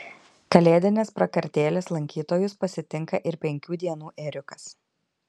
kalėdinės prakartėlės lankytojus pasitinka ir penkių dienų ėriukas